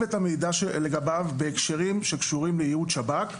את המידע לגביו בהקשרים שקשורים לייעוד שב"כ,